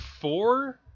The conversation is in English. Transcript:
four